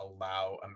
allow